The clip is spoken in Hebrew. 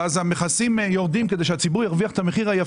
המכסים יורדים כדי שהציבור ירוויח את המחיר היפה.